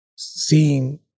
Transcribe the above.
seeing